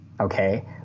okay